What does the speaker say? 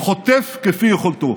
חוטף כפי יכולתו.